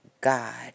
God